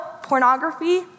pornography